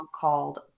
called